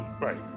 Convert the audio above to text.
Right